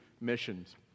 missions